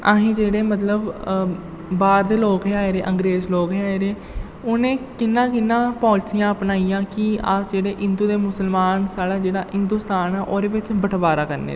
असें जेह्ड़े मतलब बाह्र दे लोक हे आए दे अंग्रेज लोक हे जेह्ड़े उ'नें कि'यां कि'यां पालसियां अपनाइयां कि अस जेह्ड़े हिन्दू ते मुस्लमान साढ़ा जेह्ड़ा हिन्दुस्तान ऐ ओह्दे बिच्च बटवारा करने दी